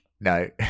No